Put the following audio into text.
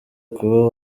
kuba